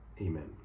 Amen